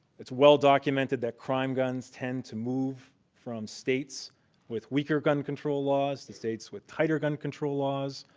it's well documented that crime guns tend to move from states with weaker gun control laws to states with tighter gun control laws.